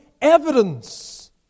evidence